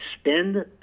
spend